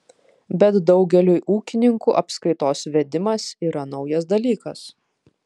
bet daugeliui ūkininkų apskaitos vedimas yra naujas dalykas